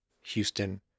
Houston